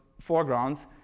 foregrounds